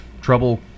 trouble